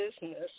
business